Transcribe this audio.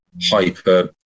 hyper